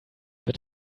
wird